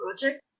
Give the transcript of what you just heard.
project